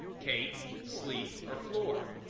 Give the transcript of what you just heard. cake, sleep or floor.